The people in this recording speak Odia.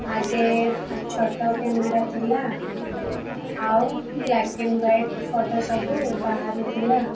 ଆଗେ ଛୋଟ କ୍ୟାମେରା ଥିଲା ଆଉ ବ୍ଲାକ୍ ଆଣ୍ଡ ହ୍ୱାଇଟ୍ ଫଟୋ ସବୁ ବାହାରୁଥିଲା